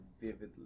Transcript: vividly